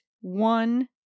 one